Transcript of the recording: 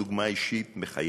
דוגמה אישית מחייבת.